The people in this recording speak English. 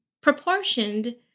proportioned